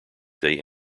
they